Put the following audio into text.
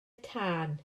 tân